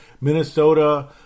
Minnesota